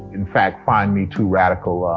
in fact, find me too radical.